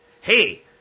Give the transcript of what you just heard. Hey